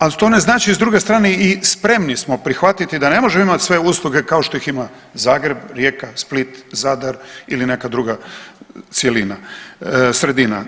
Ali to ne znači s druge strane i spremni smo prihvatiti da ne možemo imati sve usluga kao što ih ima Zagreb, Rijeka, Split, Zadar ili neka druga cjelina, sredina.